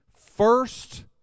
first